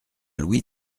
louis